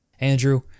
Andrew